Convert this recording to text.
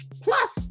plus